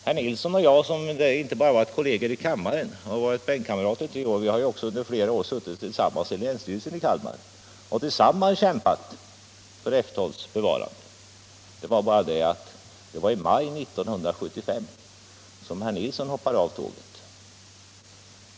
Herr Nilsson och jag har inte bara varit kolleger i kammaren och bänkkamrater i tre år, vi har också under flera år suttit tillsammans i länsstyrelsen i Kalmar och tillsammans kämpat för F 12:s bevarande. Men i maj 1975 hoppade herr Nilsson av tåget.